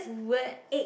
what